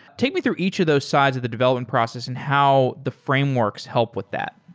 take me through each of those sides of the development process and how the frameworks help with that.